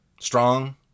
Strong